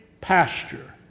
pasture